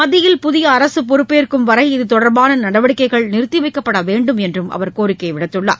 மத்தியில் புதிய அரசு பொறுப்பேற்கும் வரை இதுதொடர்பான நடவடிக்கைகள் நிறுத்தி வைக்கப்பட வேண்டும் என்றும் அவர் கோரிக்கை விடுத்துள்ளார்